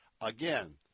Again